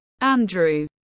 Andrew